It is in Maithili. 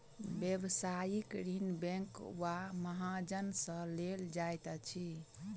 व्यवसायिक ऋण बैंक वा महाजन सॅ लेल जाइत अछि